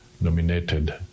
nominated